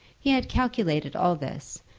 he had calculated all this,